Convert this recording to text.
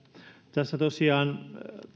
tässä lisätalousarvioesityksessä tosiaan